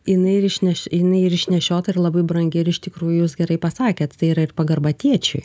jinai ir išneš jinai ir išnešiota ir labai brangi ir iš tikrųjų jūs gerai pasakėt tai yra ir pagarba tėčiui